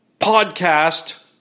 podcast